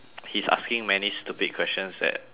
he's asking many stupid questions that